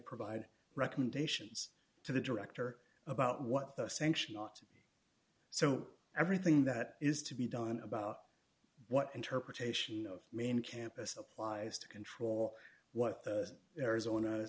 provide recommendations to the director about what sanction not so everything that is to be done about what interpretation of main campus applies to control what arizona